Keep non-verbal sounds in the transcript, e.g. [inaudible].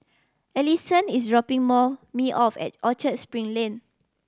Alison is dropping [unintelligible] me off at Orchard Spring Lane